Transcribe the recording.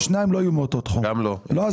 גם לא.